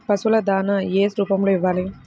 పశువుల దాణా ఏ రూపంలో ఇవ్వాలి?